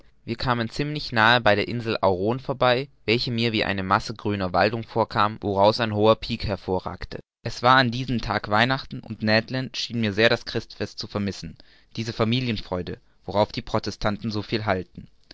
wir kamen ziemlich nahe bei der insel auron vorbei welche mir wie eine masse grüner waldung vorkam woraus ein hoher pik hervorragte es war diesen tag weihnachten und ned land schien mir sehr das christfest zu vermissen diese familienfreude worauf die protestanten so viel halten